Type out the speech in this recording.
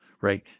right